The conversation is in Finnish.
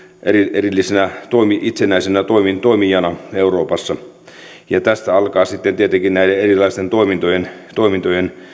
erillisenä itsenäisenä toimijana euroopassa tästä alkaa sitten tietenkin näiden erilaisten toimintojen toimintojen